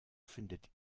findet